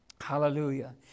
Hallelujah